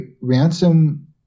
Ransom